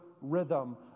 rhythm